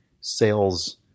sales